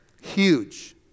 Huge